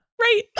Right